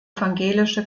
evangelische